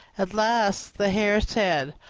at last the hare said,